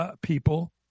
people